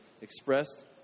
expressed